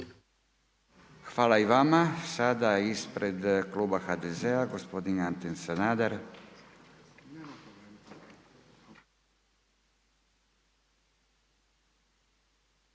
Hvala i vama. Sada ispred kluba HDZ-a gospodin Ante Sanader.